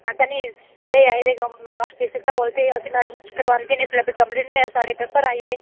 हां ते नी सवेरे आए दे आफिस इत्थें बोलदे असें मैडम कुस करबांदी नी कम्पलीट नी होआ साढ़े पेपर आई गेदे